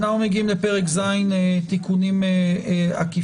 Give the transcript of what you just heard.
אנחנו מגיעים לפרק ז': תיקונים עקיפים.